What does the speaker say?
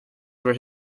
where